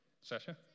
Sasha